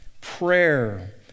prayer